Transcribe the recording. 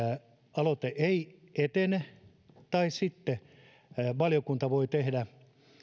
aloite ei etene tai sitten niin että valiokunta voi tehdä